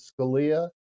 Scalia